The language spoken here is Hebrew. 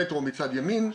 המטרו מצד ימין,